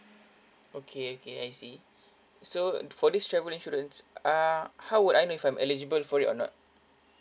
okay okay I see so for this travel insurance uh how would I know if I'm eligible for it or not